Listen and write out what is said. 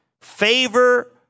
favor